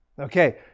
okay